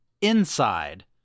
inside